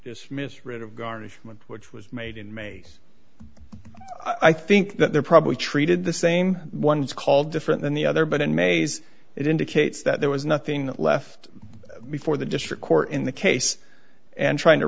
dismissed rid of garnishment which was made in mayes i think that they're probably treated the same one is called different than the other but in mays it indicates that there was nothing left before the district court in the case and trying to